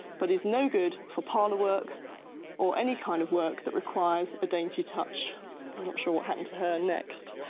but is no good for parlour work or any kind of work that requires a dainty touch. i'm not sure what happened to her next.